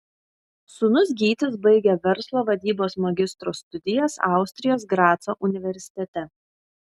sūnus gytis baigia verslo vadybos magistro studijas austrijos graco universitete